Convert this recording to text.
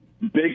big